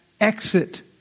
exit